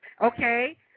okay